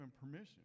permission